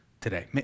today